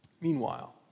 Meanwhile